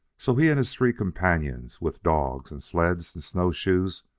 so he and his three companions, with dogs, and sleds, and snowshoes,